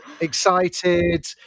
excited